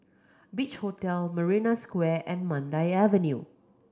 Beach Hotel Marina Square and Mandai Avenue